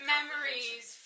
Memories